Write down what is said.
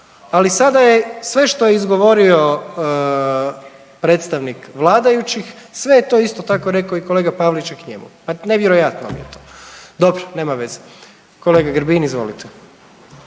Ali sada je sve što je izgovorio predstavnik vladajućih sve je to isto tako rekao i kolega Pavliček njemu. Pa nevjerojatno mi je to. Dobro, nema veze. Kolega Grbin izvolite.